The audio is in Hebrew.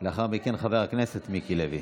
לאחר מכן, חבר הכנסת מיקי לוי,